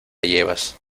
llevas